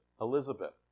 Elizabeth